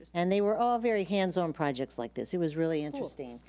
and they were all very hands-on projects like this. it was really interesting.